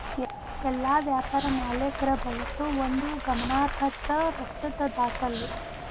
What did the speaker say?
ಎಲ್ಲಾ ವ್ಯಾಪಾರ ಮಾಲೇಕ್ರ ಬಳಸೋ ಒಂದು ಗಮನಾರ್ಹದ್ದ ರೊಕ್ಕದ್ ದಾಖಲೆ